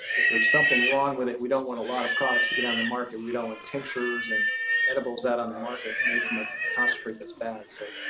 if there's something wrong with it we don't want a lot of products to get on the market, we don't want tinctures and edibles out on market made from a concentrate that's bad. so,